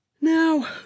now